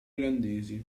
olandesi